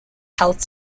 health